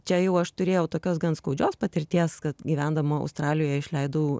čia jau aš turėjau tokios gan skaudžios patirties kad gyvendama australijoje išleidau